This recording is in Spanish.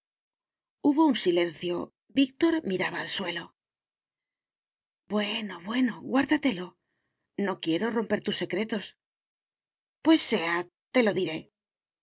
hubo un silencio víctor miraba al suelo bueno bueno guárdatelo no quiero romper tus secretos pues sea te lo diré